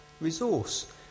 resource